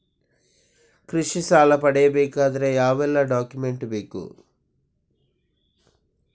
ಕೃಷಿ ಸಾಲ ಪಡೆಯಬೇಕಾದರೆ ಯಾವೆಲ್ಲ ಡಾಕ್ಯುಮೆಂಟ್ ಬೇಕು?